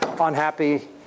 unhappy